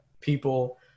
people